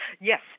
Yes